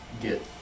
get